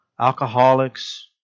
alcoholics